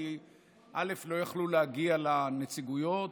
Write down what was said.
כי לא יכלו להגיע לנציגויות,